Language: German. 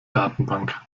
datenbank